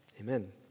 Amen